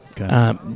Okay